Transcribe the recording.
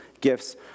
gifts